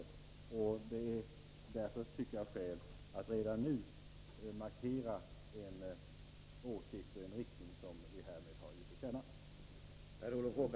Därför anser jag att det finns skäl att redan nu markera den åsikt och den riktning som vi härmed har gett till känna.